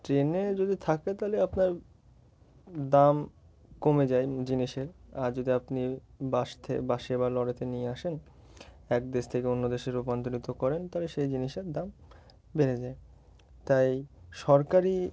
ট্রেনে যদি থাকে তাহলে আপনার দাম কমে যায় জিনিসের আর যদি আপনি বাস থে বাসে বা লরিতে নিয়ে আসেন এক দেশ থেকে অন্য দেশে রূপান্তরিত করেন তাহলে সেই জিনিসের দাম বেড়ে যায় তাই সরকারি